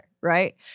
Right